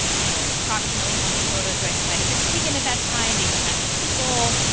you know approximately how many photos do i think might have been taken at that time based on that many people?